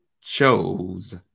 chose